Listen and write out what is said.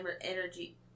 energy